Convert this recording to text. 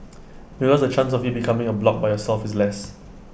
because the chance of you becoming A bloc by yourself is less